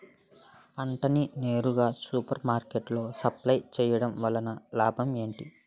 పంట ని నేరుగా సూపర్ మార్కెట్ లో సప్లై చేయటం వలన లాభం ఏంటి?